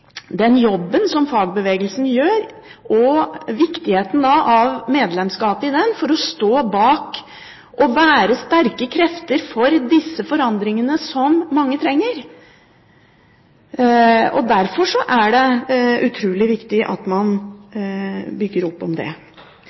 for å stå bak og være sterke krefter for disse forandringene som mange trenger. Derfor er det utrolig viktig at man bygger opp om det.